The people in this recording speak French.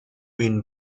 une